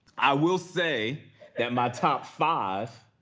i will say that my top five,